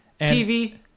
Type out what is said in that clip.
TV